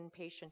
inpatient